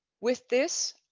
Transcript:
with this.